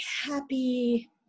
happy